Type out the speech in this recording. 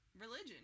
religion